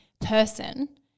person